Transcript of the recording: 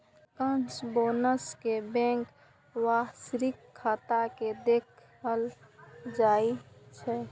bankers bonus कें bank के वार्षिक खाता मे देखाएल जाइ छै